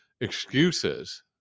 excuses